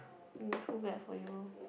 too bad for you